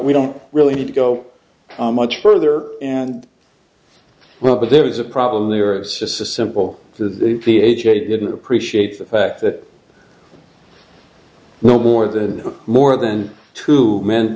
we don't really need to go much further and well but there is a problem there exists a simple the the a j didn't appreciate the fact that no more than more than two men